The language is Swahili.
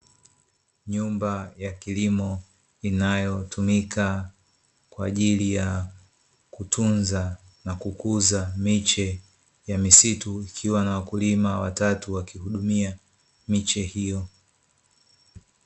Nyumba ya kilimo inayotumika kwaajili ya kutunza na kukuza miche ya misitu, ikiwa na wakulima watatu wakihudumia miche hiyo.